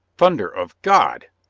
thunder of god!